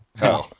No